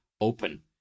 open